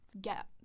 get